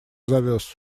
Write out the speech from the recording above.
завез